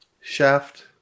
Shaft